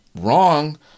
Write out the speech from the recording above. wrong